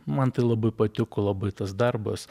man tai labai patiko labai tas darbas